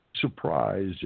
surprise